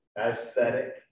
aesthetic